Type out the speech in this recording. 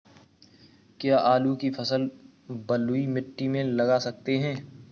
क्या आलू की फसल बलुई मिट्टी में लगा सकते हैं?